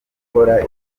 ukora